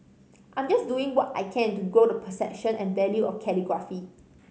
I'm just doing what I can to grow the perception and value of calligraphy